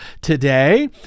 today